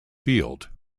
field